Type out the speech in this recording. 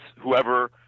whoever